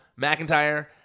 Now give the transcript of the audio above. McIntyre